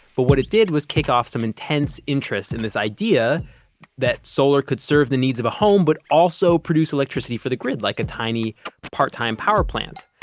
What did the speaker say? but what it did was kick off some intense interest in this idea that solar could serve the needs of a home, but also produce electricity for the grid, like a tiny part-time power plant.